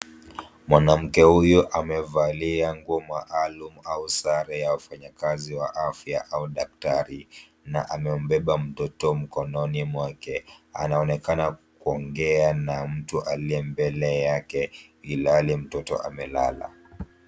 Mwanamke huyu amevalia nguo maalum au sare ya wafanyikazi wa afya au daktari na amembeba mtoto mkononi mwake. Anaonekana kuongea na mtu aliye mbele yake ilhali mtoto amelala.